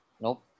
Nope